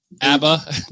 ABBA